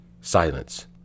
Silence